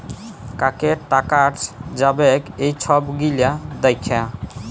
কাকে টাকাট যাবেক এই ছব গিলা দ্যাখা